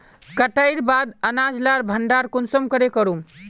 कटाईर बाद अनाज लार भण्डार कुंसम करे करूम?